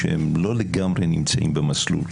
שהם לא לגמרי נמצאים במסלול.